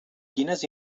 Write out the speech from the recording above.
quines